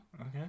Okay